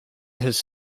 his